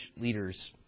leaders